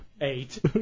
eight